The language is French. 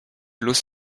los